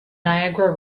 niagara